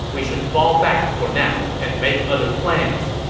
we should fall back for now and make other plans.